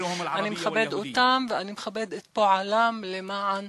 אני מכבד אותם ואני מכבד את פועלם למען